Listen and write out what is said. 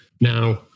Now